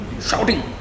Shouting